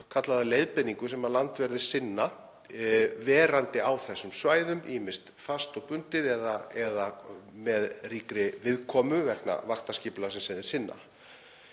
kalla það leiðbeiningu sem landverðir sinna, verandi á þessum svæðum, ýmist fast og bundið eða með ríkri viðkomu vegna vaktaskipulagsins sem þeir sinna.